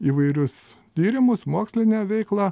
įvairius tyrimus mokslinę veiklą